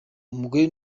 umugore